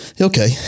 Okay